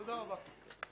תודה רבה.